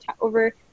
over